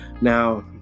Now